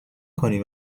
کنی